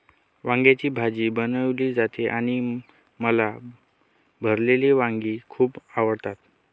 वांग्याची भाजी बनवली जाते आणि मला भरलेली वांगी खूप आवडतात